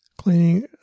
Cleaning